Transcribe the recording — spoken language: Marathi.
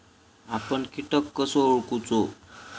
आपन कीटक कसो ओळखूचो?